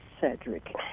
Cedric